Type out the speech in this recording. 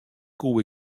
koe